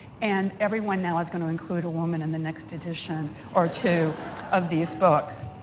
and everyone now is going to include a woman in the next edition or two of these books.